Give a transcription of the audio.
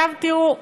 עכשיו, תראו,